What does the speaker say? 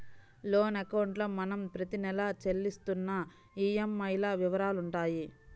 loan అకౌంట్లో మనం ప్రతి నెలా చెల్లిస్తున్న ఈఎంఐల వివరాలుంటాయి